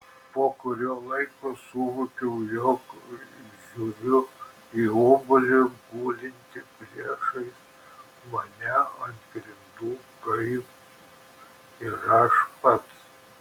po kurio laiko suvokiau jog žiūriu į obuolį gulintį priešais mane ant grindų kaip ir aš pats